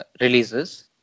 releases